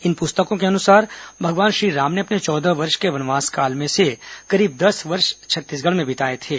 इन पुस्तकों के अनुसार भगवान श्रीराम ने अपने चौदह वर्ष के वनवास काल में से करीब दस वर्ष छत्तीसगढ़ मे बिताए थे